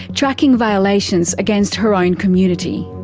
tracking violations against her own community.